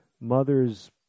mothers